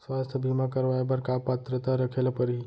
स्वास्थ्य बीमा करवाय बर का पात्रता रखे ल परही?